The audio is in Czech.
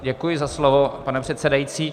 Děkuji za slovo, pane předsedající.